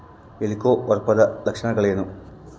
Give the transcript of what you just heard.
ಹೆಲಿಕೋವರ್ಪದ ಲಕ್ಷಣಗಳೇನು?